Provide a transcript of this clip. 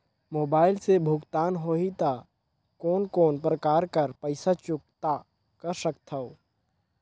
Mobile से भुगतान होहि त कोन कोन प्रकार कर पईसा चुकता कर सकथव?